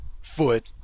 foot